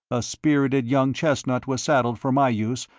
a spirited young chestnut was saddled for my use,